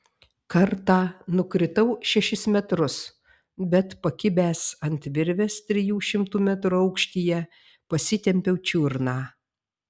kartą nukritau šešis metrus bet pakibęs ant virvės trijų šimtų metrų aukštyje pasitempiau čiurną